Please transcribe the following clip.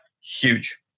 huge